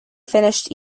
finished